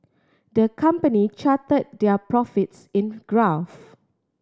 the company chart their profits in graph